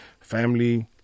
family